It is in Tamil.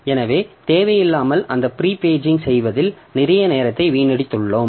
எனவே தேவையில்லாமல் அந்த பிரீ பேஜ் செய்வதில் நிறைய நேரத்தை வீணடித்துள்ளோம்